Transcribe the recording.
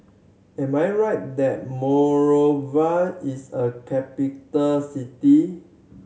am I right that Monrovia is a capital city